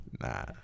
Nah